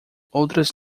outras